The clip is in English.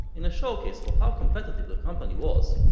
in a showcase for how competitive the company was,